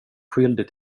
skyldig